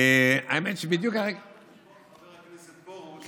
חבר הכנסת פרוש,